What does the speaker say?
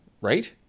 Right